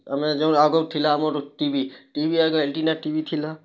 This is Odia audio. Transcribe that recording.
ଆମେ ଯେଉଁ ଆଗରୁ ଥିଲା ଆମର୍ ଟିଭି ଟିଭି ଆଗେ ଆଣ୍ଟିନା ଟିଭି ଥିଲା